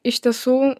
iš tiesų